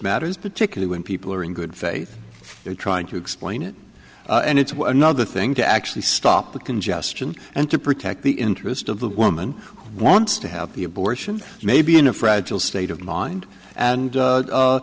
matters particularly when people are in good faith trying to explain it and it's well another thing to actually stop the congestion and to protect the interest of the woman who wants to have the abortion may be in a fragile state of mind and